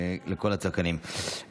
לכל הצדקנים.